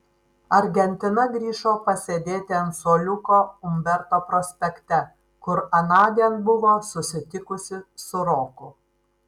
argentina grįžo pasėdėti ant suoliuko umberto prospekte kur anądien buvo susitikusi su roku